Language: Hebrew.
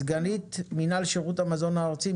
סגנית מינהל שירות המזון הארצי,